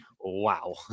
Wow